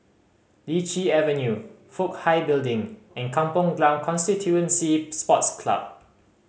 Lichi Avenue Fook Hai Building and Kampong Glam Constituency Sports Club